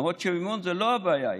למרות שמימון זאת לא הבעיה העיקרית.